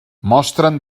mostren